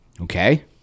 Okay